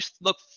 look